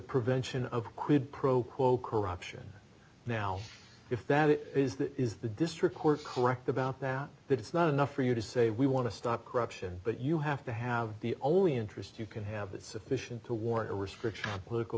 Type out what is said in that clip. prevention of quid pro quo corruption now if that it is that is the district court correct about that that it's not enough for you to say we want to stop corruption but you have to have the only interest you can have that sufficient to warrant a restriction political